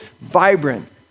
vibrant